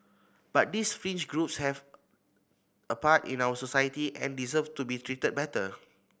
but these fringe groups have a part in our society and deserve to be treated better